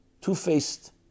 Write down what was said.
Two-faced